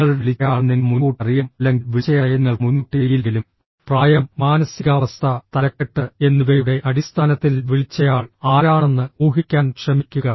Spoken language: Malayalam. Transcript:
നിങ്ങളുടെ വിളിച്ചയാളെ നിങ്ങൾ മുൻകൂട്ടി അറിയണം അല്ലെങ്കിൽ വിളിച്ചയാളെ നിങ്ങൾക്ക് മുൻകൂട്ടി അറിയില്ലെങ്കിലും പ്രായം മാനസികാവസ്ഥ തലക്കെട്ട് എന്നിവയുടെ അടിസ്ഥാനത്തിൽ വിളിച്ചയാൾ ആരാണെന്ന് ഊഹിക്കാൻ ശ്രമിക്കുക